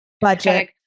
budget